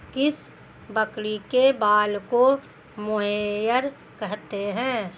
किस बकरी के बाल को मोहेयर कहते हैं?